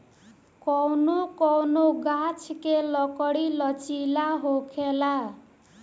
कौनो कौनो गाच्छ के लकड़ी लचीला होखेला